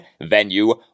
venue